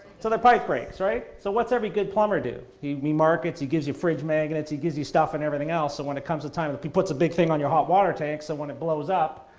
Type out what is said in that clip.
so the pipe breaks, right? so what's every good plumber do? he markets, he gives you fridge magnets, he gives you stuff and everything else so when it comes a time, but he puts a big thing on your hot water tank so when it blows up,